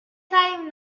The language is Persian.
سعیمون